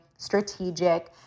Strategic